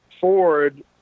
Ford